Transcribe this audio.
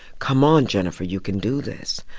come on, jenifer, you can do this.